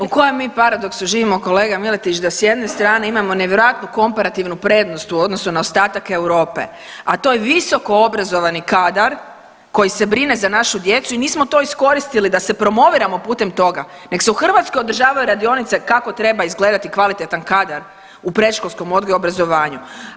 U kojem mi paradoksu živimo kolega Miletić da s jedne strane imamo nevjerojatnu komparativnu prednost u odnosu na ostatak Europe, a to je visoko obrazovani kadar koji se brine za našu djecu i nismo to iskoristili da se promoviramo putem toga, nego se u Hrvatskoj održavaju radionice kako treba izgledati kvalitetan kadar u predškolskom odgoju i obrazovanju.